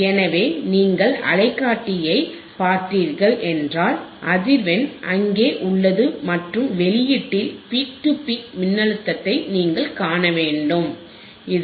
எனவே நீங்கள் அலைக்காட்டியை பார்த்தீர்கள் என்றால் அதிர்வெண் அங்கே உள்ளது மற்றும் வெளியீட்டில் பீக் டு பீக் மின்னழுத்தத்தை நீங்கள் காண வேண்டும்இது